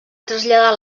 traslladar